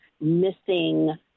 missing